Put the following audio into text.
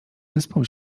wyspą